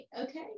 Okay